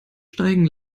steigen